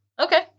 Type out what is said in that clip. Okay